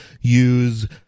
use